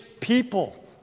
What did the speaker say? people